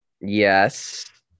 Yes